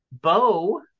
Bo